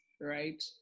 right